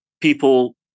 people